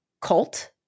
cult